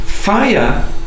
Fire